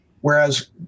Whereas